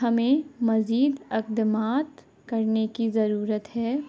ہمیں مزید اقدامات کرنے کی ضرورت ہے